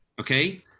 okay